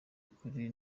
ukuri